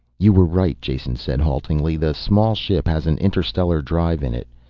you were right, jason said haltingly. the small ship has an interstellar drive in it.